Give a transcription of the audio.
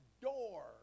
door